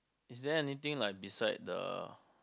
is there anything like beside the